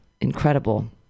incredible